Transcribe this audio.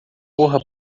corra